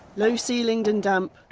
low-ceilinged and damp,